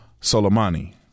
Soleimani